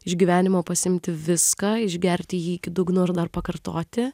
iš gyvenimo pasiimti viską išgerti jį iki dugno ir dar pakartoti